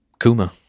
Kuma